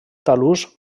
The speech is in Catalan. talús